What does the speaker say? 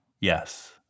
yes